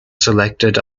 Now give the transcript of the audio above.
selected